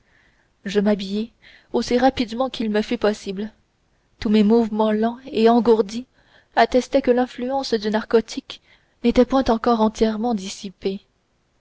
je m'habillai aussi rapidement qu'il me fut possible tous mes mouvements lents et engourdis attestaient que l'influence du narcotique n'était point encore entièrement dissipée